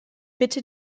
bitte